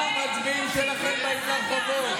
גם מצביעים שלכם באים איתנו לרחובות.